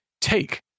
take